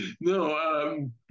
No